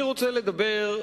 אני רוצה לדבר,